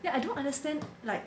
yeah I don't understand like